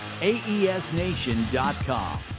AESNation.com